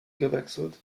gewechselt